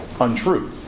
untrue